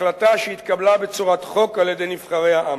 החלטה שנתקבלה בצורת חוק על-ידי נבחרי העם?